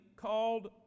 called